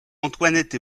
antoinette